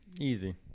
easy